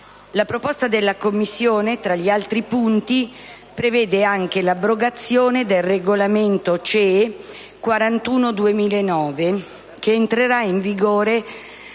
La proposta della Commissione, tra gli altri punti, prevede anche l'abrogazione del regolamento 41/2009/CE, relativo